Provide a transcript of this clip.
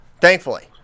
Thankfully